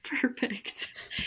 Perfect